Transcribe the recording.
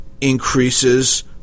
increases